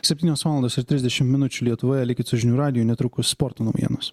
septynios valandos ir trisdešimt minučių lietuvoje likit su žinių radiju netrukus sporto naujienos